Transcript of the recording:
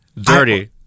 dirty